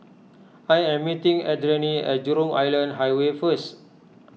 I am meeting Adrianne at Jurong Island Highway first